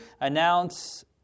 announce